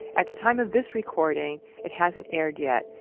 at the time of this recording, it hasn't aired yet.